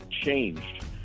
changed